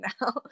now